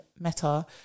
Meta